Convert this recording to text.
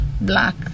black